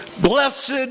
Blessed